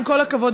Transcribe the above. עם כל הכבוד,